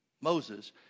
Moses